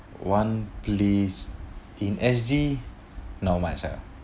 one please in S_G know might as well